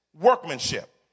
workmanship